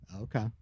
okay